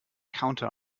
counter